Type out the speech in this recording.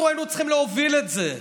אנחנו היינו צריכים להוביל את זה,